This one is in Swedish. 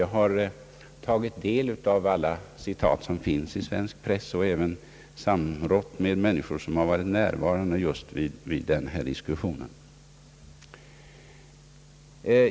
Jag har tagit del av alla citat som finns i svensk press, och jag har även samrått med personer som varit närvarande just vid den åberopade diskussionen.